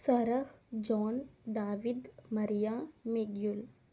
Sarah John David Maria Miguel